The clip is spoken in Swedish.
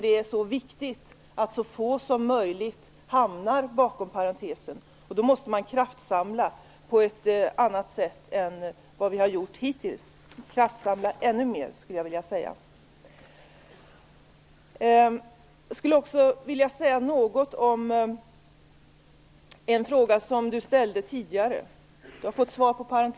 Det är viktigt att så få som möjligt hamnar bortom parentesen. Då måste vi kraftsamla ännu mer och på ett annat sätt än vi gjort hittills. Jag skulle också vilja säga något om en fråga som Hans Andersson ställde tidigare.